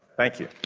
thank you.